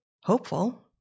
hopeful